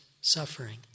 suffering